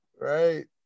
Right